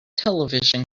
television